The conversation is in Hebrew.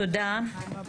תודה.